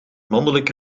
mannelijk